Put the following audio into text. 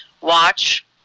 watch